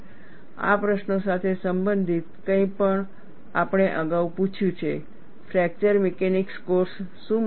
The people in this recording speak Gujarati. આ પ્રશ્નો સાથે સંબંધિત કંઈક આપણે અગાઉ પૂછ્યું છે ફ્રેક્ચર મિકેનિક્સ કોર્સ શું મદદ કરશે